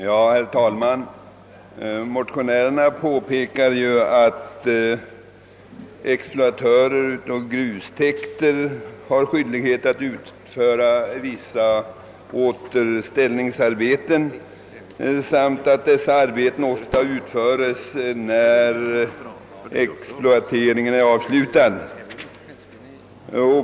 Herr talman! Motionärerna har påpekat att exploatör av grustäkt har skyldighet att utföra vissa återställningsarbeten samt att det arbetet ofta verkställes sedan exploateringen är avslutad.